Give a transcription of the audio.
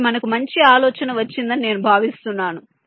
కాబట్టి మనకు మంచి ఆలోచన వచ్చిందని నేను భావిస్తున్నాను